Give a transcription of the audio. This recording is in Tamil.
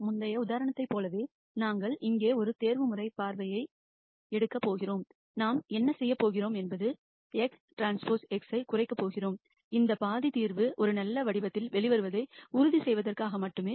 முந்தைய உதாரணத்தைப் போலவே நாங்கள் இங்கே ஒரு ஆப்டிமைசேஷன் பார்வையை எடுக்கப் போகிறோம் நாம் என்ன செய்யப் போகிறோம் என்பது xTx ஐக் குறைக்கப் போகிறோம் இந்த பாதி தீர்வு ஒரு நல்ல வடிவத்தில் வெளிவருவதை உறுதி செய்வதற்காக மட்டுமே